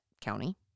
county